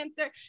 answer